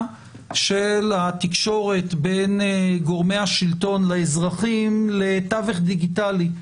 של התקשורת בין גורמי השלטון לאזרחים לתווך דיגיטלי,